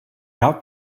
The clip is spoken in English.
out